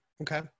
okay